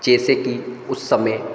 जैसे कि उस समय